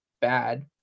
bad